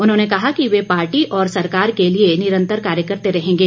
उन्होंने कहा कि वे पार्टी और सरकार के लिए निरन्तर कार्य करते रहेंगे